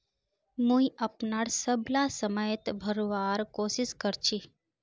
मुई अपनार सबला समय त भरवार कोशिश कर छि